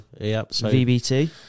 VBT